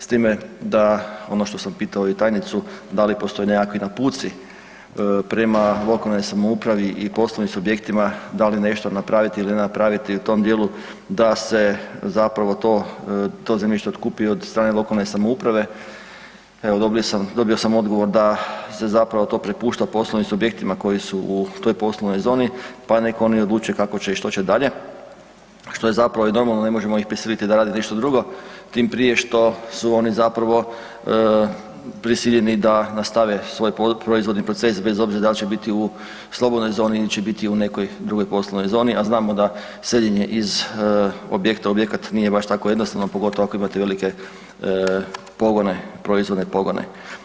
S time da ono što sam pitao i tajnicu, da li postoje nekakvi naputci prema lokalnoj samoupravi i poslovnim subjektima, da li nešto napraviti ili ne napraviti u tom djelu da se zapravo to zemljište otkupi od strane lokalne samouprave, evo dobio sam odgovor se zapravo to prepušta poslovnim subjektima koji su u toj poslovnoj zoni pa nek oni odluče kako će i što će dalje, što je zapravo i normalno jer ne možemo ih prisiliti da rade nešto drugo, tim prije što su oni zapravo prisiljeni da nastave svoje proizvodne procese, bez obzira da li će biti u slobodnoj zoni ili će biti u nekoj drugoj poslovnoj zoni a znamo da seljenje iz objekta u objekat nije baš tako jednostavno, pogotovo ako imate velike pogone, proizvodne pogone.